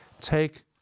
take